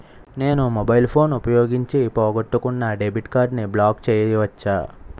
నేను mobile phone ఉపయోగించి పోగొట్టుకున్న డెబిట్ కార్డ్ని బ్లాక్ చేయవచ్చా?